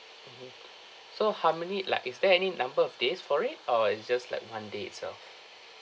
mmhmm so how many like is there any number of days for it or it's just like one day itself